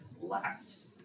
last